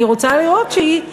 אני רוצה לראות שהיא,